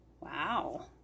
Wow